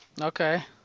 Okay